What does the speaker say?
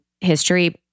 history